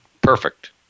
perfect